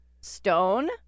Stone